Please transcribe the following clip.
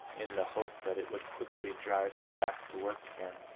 in the hope that it would quickly drive him back to work again.